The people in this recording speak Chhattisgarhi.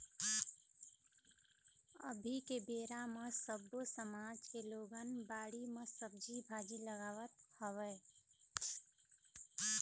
अभी के बेरा म सब्बो समाज के लोगन बाड़ी म सब्जी भाजी लगावत हवय